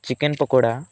chicken pakora